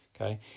Okay